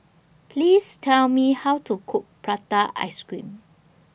Please Tell Me How to Cook Prata Ice Cream